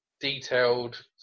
detailed